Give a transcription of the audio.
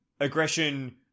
aggression